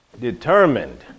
Determined